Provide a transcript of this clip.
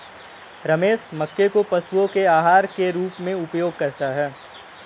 रमेश मक्के को पशुओं के आहार के रूप में उपयोग करता है